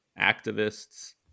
activists